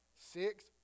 Six